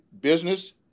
business